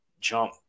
jump